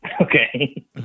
Okay